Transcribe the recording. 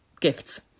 gifts